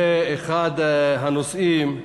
זה אחד הנושאים,